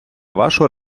вашу